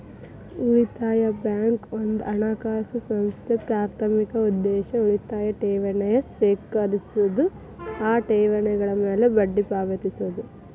ಉಳಿತಾಯ ಬ್ಯಾಂಕ್ ಒಂದ ಹಣಕಾಸು ಸಂಸ್ಥೆ ಪ್ರಾಥಮಿಕ ಉದ್ದೇಶ ಉಳಿತಾಯ ಠೇವಣಿನ ಸ್ವೇಕರಿಸೋದು ಆ ಠೇವಣಿಗಳ ಮ್ಯಾಲೆ ಬಡ್ಡಿ ಪಾವತಿಸೋದು